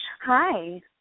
Hi